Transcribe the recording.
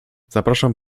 zapraszam